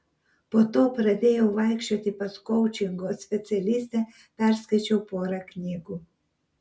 po to pradėjau vaikščioti pas koučingo specialistę perskaičiau porą knygų